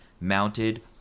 mounted